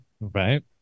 right